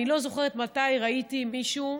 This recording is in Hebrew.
אני לא זוכרת מתי ראיתי מישהו,